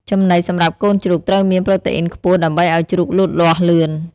ចំណីសម្រាប់កូនជ្រូក ត្រូវមានប្រូតេអ៊ីនខ្ពស់ដើម្បីឲ្យជ្រូកលូតលាស់លឿន។